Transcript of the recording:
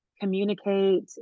communicate